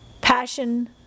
passion